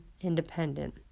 independent